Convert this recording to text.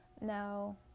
Now